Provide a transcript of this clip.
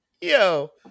Yo